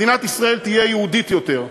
מדינת ישראל תהיה יהודית יותר,